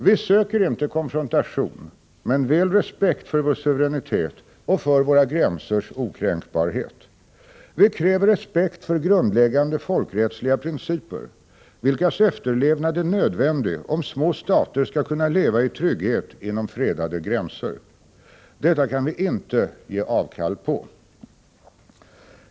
Vi söker inte konfrontation, men väl respekt för vår suveränitet och för våra gränsers okränkbarhet. Vi kräver respekt för grundläggande folkrättsliga principer, vilkas efterlevnad är nödvändig om små stater skall kunna leva i trygghet inom fredade gränser. Detta kan vi inte ge avkall på.